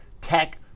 tech